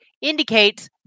indicates